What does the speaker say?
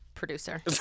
Producer